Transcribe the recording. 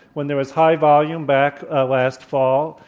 when there was high volume back ah last fall,